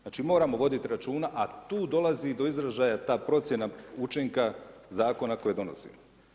Znači moramo voditi računa a tu dolazi do izražaja ta procjena učinka zakona koje donosimo.